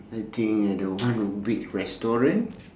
I think at the one big restaurant